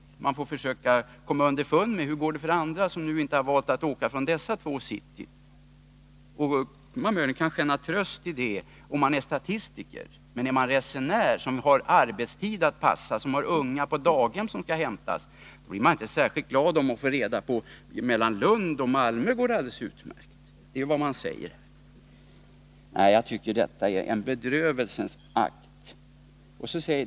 Man får försöka komma underfund med hur det går för andra som inte valt att åka mellan dessa två cityn. Att det går bra för andra kan man möjligen känna en tröst i, om man är statistiker. Men om man är en vanlig resenär, som har arbetstider att passa och barn att hämta på daghem, blir man inte särskilt glad av att få reda på att det t.ex. går alldeles utmärkt att resa mellan Lund och Malmö. Nej, jag tycker att detta är en bedrövelsens akt.